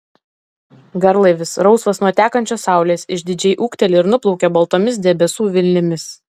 garlaivis rausvas nuo tekančios saulės išdidžiai ūkteli ir nuplaukia baltomis debesų vilnimis